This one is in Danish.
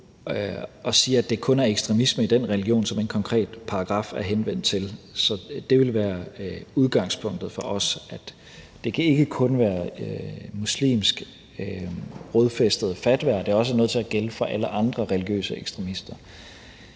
og siger, at det kun er ekstremisme i den religion, en konkret paragraf er henvendt til. Det vil være udgangspunktet for os. Det kan ikke kun være muslimskrodfæstede fatwaer, det er også nødt til at gælde for alle andre religiøse ekstremister.